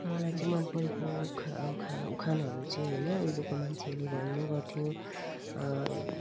मलाई चाहिँ मनपरेको उखा उखा उखानहरू चाहिँ हैन उहिलेको मान्छेले भन्ने गर्थ्यो